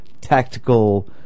tactical